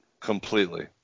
Completely